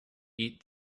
eat